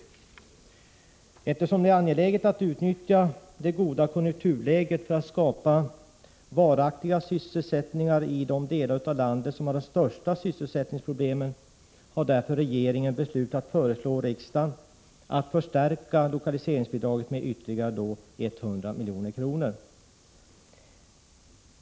Eftersom det är angeläget att utnyttja det goda konjunkturläget för att skapa varaktig sysselsättning i de delar av landet som har de största sysselsättningsproblemen, har regeringen därför beslutat föreslå riksdagen att förstärka lokaliseringsbidraget med ytterligare 100 milj.kr.